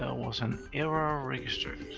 um was an error registering.